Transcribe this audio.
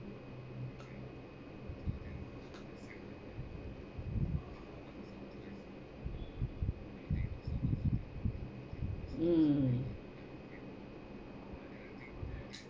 mm